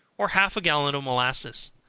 or half a gallon of molasses,